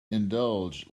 indulged